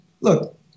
Look